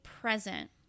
present